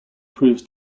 proves